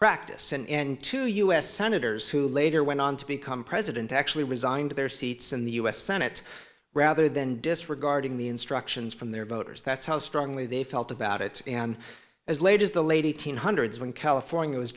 practice and two u s senators who later went on to become president actually resigned their seats in the u s senate rather than disregarding the instructions from their voters that's how strongly they felt about it and as late as the lady thousand nine hundred seven california was